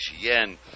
yen